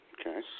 Okay